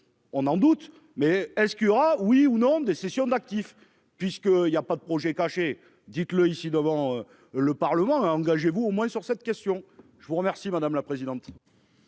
On en doute, mais est-ce qu'il y aura oui ou non des cessions d'actifs puisque il y a pas de projet caché. Dites-le ici devant le Parlement a engagé, vous au moins sur cette question, je vous remercie madame la présidente.